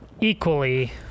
equally